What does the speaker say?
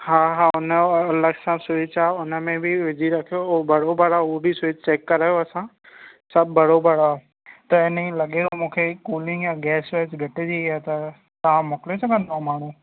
हा हा न अलॻि सां स्विच आहे हुन में बि विझी रखियो उहो बराबरि आहे उहो बि स्विच चेक करायो असां सभु बराबरि आहे त इन ई लॻियो मूंखे कूलिंग या गैस वैस घटिजी वई आहे तव्हां मोकिले सघंदव माण्हू